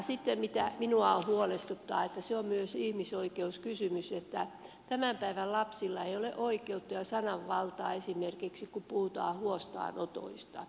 sitten minua huolestuttaa että se on myös ihmisoikeuskysymys että tämän päivän lapsilla ei ole oikeutta ja sananvaltaa kun puhutaan esimerkiksi huostaanotoista